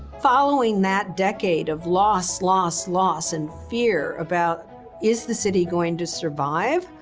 following that decade of loss, loss, loss, and fear about is the city going to survive,